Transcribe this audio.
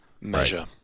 measure